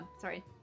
sorry